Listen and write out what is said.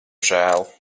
žēl